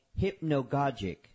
hypnogogic